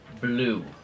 Blue